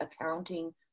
accounting